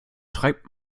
treibt